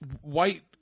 white